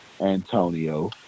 Antonio